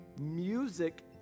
Music